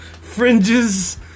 fringes